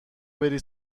بری